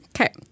Okay